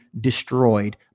destroyed